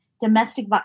domestic